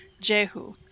Jehu